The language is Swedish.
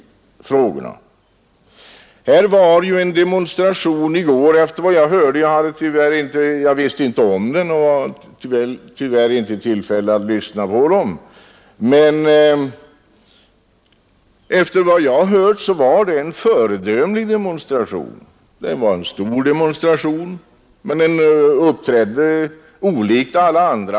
Här var ju en demonstration i går — jag visste inte om den och var tyvärr inte i tillfälle att lyssna på vad man hade att säga — och efter vad jag har hört var det en föredömlig demonstration. Den var stor, men deltagarna uppträdde olikt alla andra.